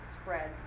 spread